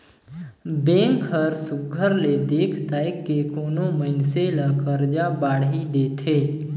bank हर सुग्घर ले देख ताएक के कोनो मइनसे ल करजा बाड़ही देथे